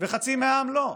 וחצי מהעם לא.